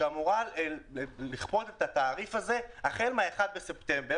שאמורה לכפות את התעריף הזה החל מ-1 בספטמבר